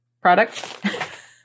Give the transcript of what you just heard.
product